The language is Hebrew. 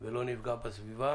ולא נפגע בסביבה.